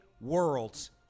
worlds